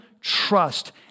trust